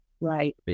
Right